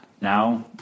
Now